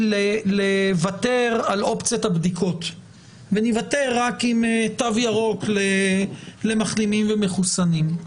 לוותר על אופציית הבדיקות וניוותר רק עם תו ירוק למחלימים ומחוסנים.